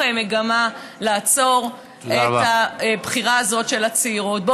מגמה לעצור את הבחירה הזאת של הצעירות.